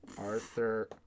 Arthur